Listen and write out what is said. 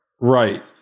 Right